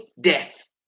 death